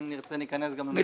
אם נרצה, ניכנס גם לזה.